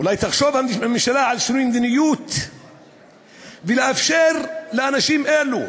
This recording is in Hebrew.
אולי תחשוב הממשלה על שינוי מדיניות ותאפשר לאנשים אלו,